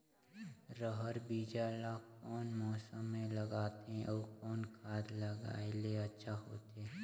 रहर बीजा ला कौन मौसम मे लगाथे अउ कौन खाद लगायेले अच्छा होथे?